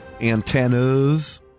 Antennas